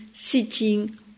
sitting